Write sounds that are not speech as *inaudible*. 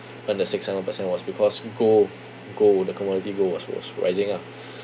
earn the six seven percent was because gold gold the commodity gold was was rising ah *breath*